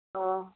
अह